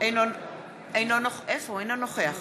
אינו נוכח